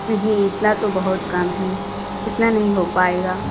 नहीं इतना तो बहुत कम है इतना नहीं हो पाएगा